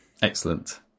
Excellent